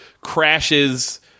crashes